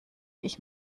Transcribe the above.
ich